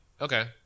Okay